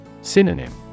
Synonym